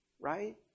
right